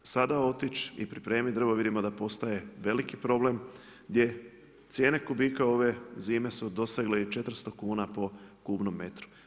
Sada otići i pripremiti drvo vidimo da postaje veliki problem gdje cijene kubika ove zime su dosegle i 400 kuna po kubnom metru.